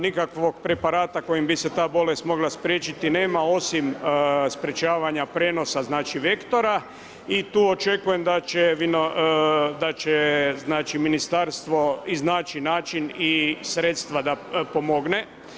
Nikakvog preparata kojim bi se ta bolest mogla spriječiti nema, osim sprječavanja prenosa vektora i tu očekujem da će ministarstvo iznaći način i sredstva da pomogne.